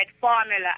formula